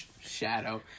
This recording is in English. shadow